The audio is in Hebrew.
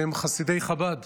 שהם חסידי חב"ד